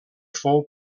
fou